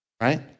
right